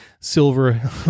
silver